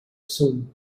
soon